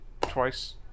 twice